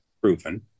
proven